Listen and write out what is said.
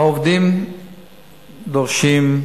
העובדים דורשים,